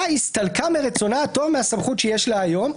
הסתלקה מרצונה הטוב מהסמכות שיש לה היום,